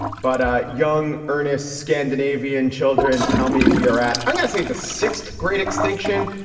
but a young earnest scandinavian children tell me we are at. i'm gonna say the sixth grade extinction.